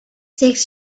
six